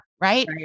right